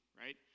right